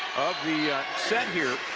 of the set here.